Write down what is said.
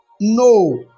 No